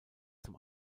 zum